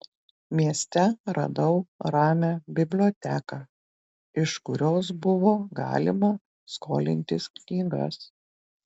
mieste radau ramią biblioteką iš kurios buvo galima skolintis knygas